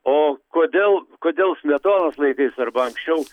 o kodėl kodėl smetonos laikais arba anksčiau